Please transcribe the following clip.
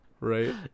right